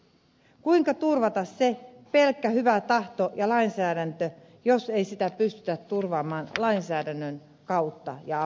kuinka turvata se pelkkä hyvä tahto jos ei sitä pystytä turvaamaan lainsäädännön kautta ja avulla